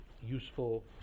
useful